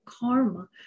karma